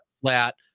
flat